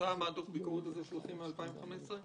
כתוצאה מדוח הביקורת הזה שלכם מ-2015?